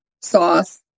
sauce